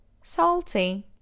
Salty